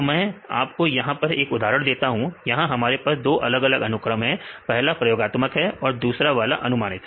तो मैं आपको यहां पर एक उदाहरण देता हूं यहां हमारे पास दो अलग अलग अनुक्रम है पहला प्रयोगात्मक है और दूसरा वाला अनुमानित